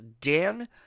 Dan